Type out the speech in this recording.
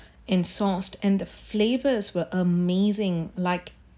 and sourced and the flavours were amazing like